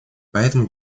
поэтому